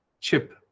chip